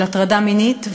של הטרדה מינית,